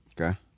Okay